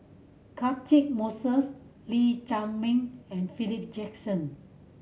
Catchick Moses Lee Chiaw Meng and Philip Jackson